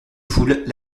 foule